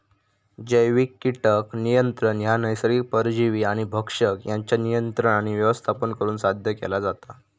जैविक कीटक नियंत्रण ह्या नैसर्गिक परजीवी आणि भक्षक यांच्या नियंत्रण आणि व्यवस्थापन करुन साध्य केला जाता